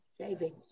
Shaving